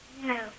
No